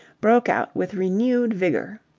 broke out with renewed vigour.